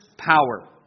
Power